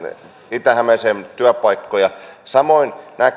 itä hämeeseen työpaikkoja samoin nämä